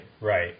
right